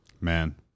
man